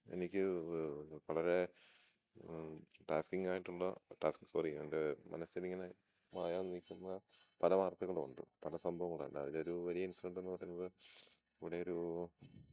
എനിക്ക് വളരെ ടാസ്കിംഗ് ആയിട്ടുള്ള ടാസ്ക് സോറി എൻ്റെ മനസ്സിന് ഇങ്ങനെ മായാതെ നിൽക്കുന്ന പല വർത്തകളുമുണ്ട് പല സംഭവങ്ങൾ അതിൽ ഒരു വലിയ ഇൻസിഡൻ്റ് എന്നു പറയുന്നത് ഇവിടെ ഒരു